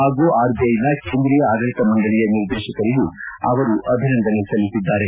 ಹಾಗೂ ಆರ್ಬಿಐನ ಕೇಂದ್ರೀಯ ಆಡಳಿತ ಮಂಡಳಿಯ ನಿರ್ದೇಶಕರಿಗೂ ಅವರು ಅಭಿನಂದನೆ ಸಲ್ಲಿಸಿದ್ದಾರೆ